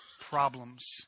problems